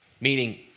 Meaning